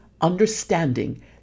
understanding